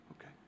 Okay